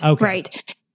Right